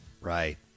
Right